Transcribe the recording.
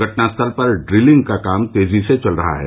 घटनास्थल पर डिलिंग का काम तेजी से चल रहा है